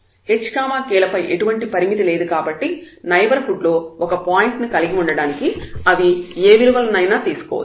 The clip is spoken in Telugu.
h k ల పై ఎటువంటి పరిమితి లేదు కాబట్టి నైబర్హుడ్ లో ఒక పాయింట్ ను కలిగి ఉండడానికి అవి ఏ విలువల నైనా తీసుకోవచ్చు